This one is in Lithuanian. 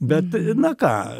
bet na ką